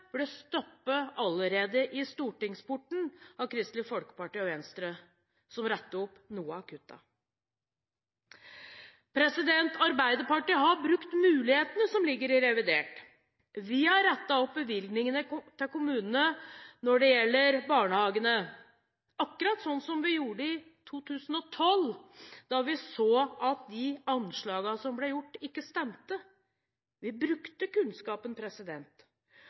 ble stoppet allerede i stortingsporten av Kristelig Folkeparti og Venstre, som rettet opp noen av kuttene. Arbeiderpartiet har brukt mulighetene som ligger i revidert. Vi har rettet opp bevilgningene til kommunene når det gjelder barnehagene, akkurat sånn som vi gjorde i 2012, da vi så at de anslagene som ble gjort, ikke stemte. Vi brukte kunnskapen.